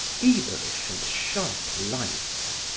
feverish and sharp lights.